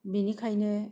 बेनिखायनो